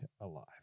alive